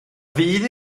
fudd